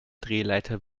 drehleiter